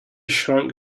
shrunk